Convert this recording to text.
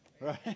right